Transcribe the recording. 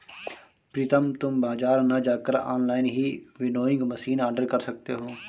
प्रितम तुम बाजार ना जाकर ऑनलाइन ही विनोइंग मशीन ऑर्डर कर सकते हो